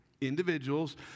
individuals